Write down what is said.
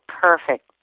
perfect